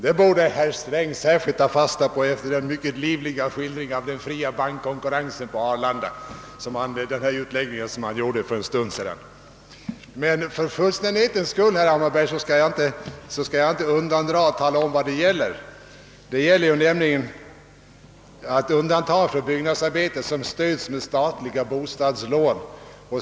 Det borde herr Sträng särskilt ta fasta på efter den livliga utläggning som han för en stund sedan gjorde om den fria bankkonkurrensen på Arlanda. För fullständighetens skull vill jag tala om att det gäller undantag för byggnadsarbeten som utförs med statliga bostadslån.